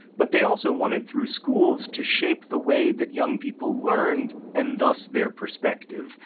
but they also wanted through schools to shape the way that young people learned, and thus their perspective.